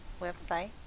website